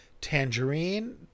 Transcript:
Tangerine